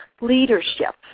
Leadership